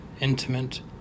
intimate